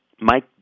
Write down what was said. Mike